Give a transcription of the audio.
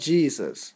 Jesus